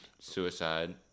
suicide